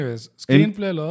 screenplay